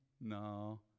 No